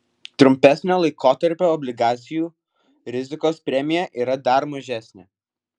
trumpesnio laikotarpio obligacijų rizikos premija yra dar mažesnė